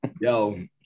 Yo